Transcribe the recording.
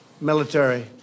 military